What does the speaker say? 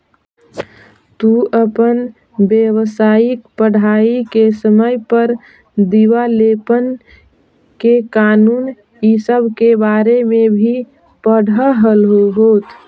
तू अपन व्यावसायिक पढ़ाई के समय पर दिवालेपन के कानून इ सब के बारे में भी पढ़लहू होत